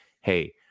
hey